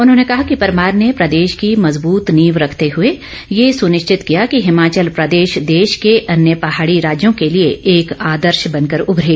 उन्होंने कहा कि परमार ने प्रदेश की मजबूत नींव रखते हुए ये सुनिश्चित किया कि हिमाचल प्रदेश देश के अन्य पहाड़ी राज्यों के लिए एक आदर्श बनकर उभरे